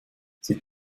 sie